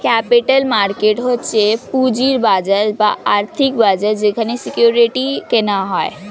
capital market হচ্ছে পুঁজির বাজার বা আর্থিক বাজার যেখানে সিকিউরিটি কেনা হয়